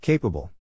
Capable